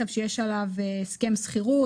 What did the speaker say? אתה משלם עבור נסיעה בכביש 6?